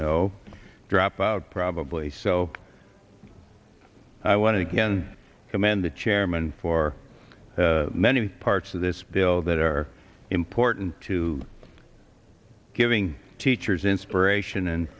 know dropout probably so i want to again commend the chairman for many parts of this bill that are important to giving teachers inspiration and